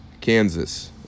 Kansas